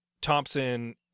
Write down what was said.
Thompson